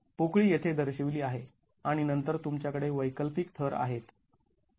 पोकळी येथे दर्शवली आहे आणि नंतर तुमच्याकडे वैकल्पिक थर आहेत